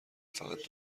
فقط